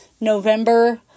November